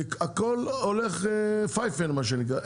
הכל הולך "פייפל", מה שנקרא.